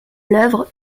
l’œuvre